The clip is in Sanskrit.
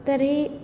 तर्हि